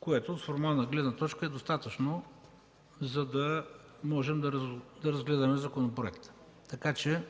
което от формална гледна точка е достатъчно, за да можем да разгледаме законопроектите.